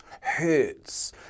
hurts